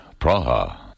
Praha